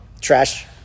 Trash